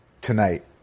tonight